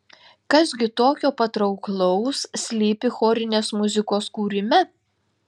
kas gi tokio patrauklaus slypi chorinės muzikos kūrime